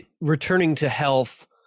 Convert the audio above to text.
returning-to-health